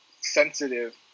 sensitive